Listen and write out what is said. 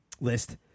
list